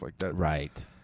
Right